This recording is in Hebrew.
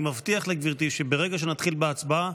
אני מבטיח לגברתי שברגע שנתחיל בהצבעה,